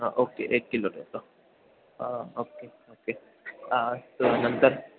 हां ओके एक किलो देतो ओके ओके नंतर